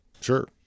Sure